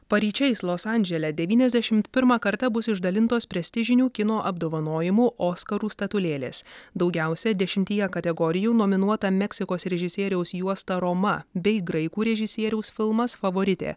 paryčiais los andžele devyniasdešimt pirmą kartą bus išdalintos prestižinių kino apdovanojimų oskarų statulėlės daugiausia dešimtyje kategorijų nominuota meksikos režisieriaus juosta roma bei graikų režisieriaus filmas favoritė